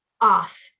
off